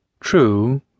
True